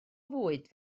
fwyd